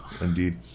indeed